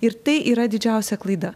ir tai yra didžiausia klaida